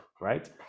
right